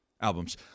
albums